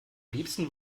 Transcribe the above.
liebsten